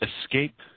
escape